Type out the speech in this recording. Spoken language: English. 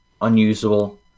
unusable